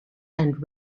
and